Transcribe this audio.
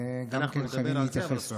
גם כן חייבים להתייחס לקנס.